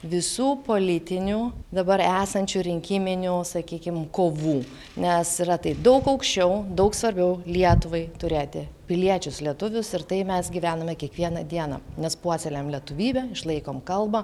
visų politinių dabar esančių rinkiminių sakykim kovų nes yra tai daug aukščiau daug svarbiau lietuvai turėti piliečius lietuvius ir tai mes gyvename kiekvieną dieną nes puoselėjam lietuvybę išlaikome kalbą